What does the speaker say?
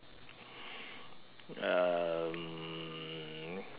um